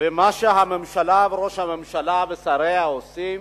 מה שהממשלה, ראש הממשלה ושריה עושים,